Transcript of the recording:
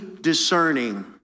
discerning